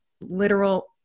literal